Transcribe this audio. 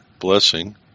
Blessing